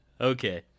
Okay